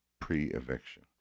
pre-eviction